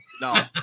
No